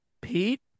Pete